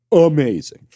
amazing